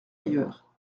ailleurs